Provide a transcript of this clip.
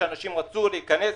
שאנשים רצו להיכנס,